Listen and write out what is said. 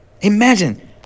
Imagine